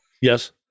yes